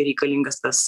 reikalingas tas